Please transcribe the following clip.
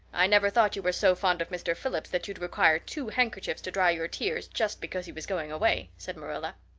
i never thought you were so fond of mr. phillips that you'd require two handkerchiefs to dry your tears just because he was going away, said marilla.